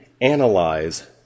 analyze